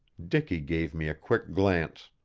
dicky gave me a quick glance.